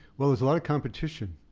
well, there's a lot of competition